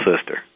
sister